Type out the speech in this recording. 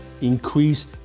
increase